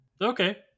Okay